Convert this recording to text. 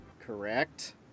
correct